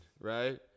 right